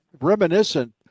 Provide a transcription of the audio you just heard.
reminiscent